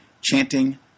chanting